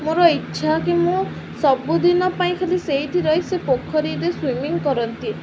ମୋର ଇଚ୍ଛା କି ମୁଁ ସବୁଦିନ ପାଇଁ ଖାଲି ସେଇଠି ରହି ସେ ପୋଖରୀରେ ସୁଇମିଂ କରନ୍ତି